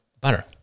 butter